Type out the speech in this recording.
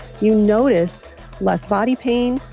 you notice less body pain,